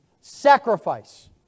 sacrifice